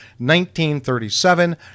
1937